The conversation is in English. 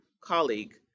colleague